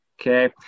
okay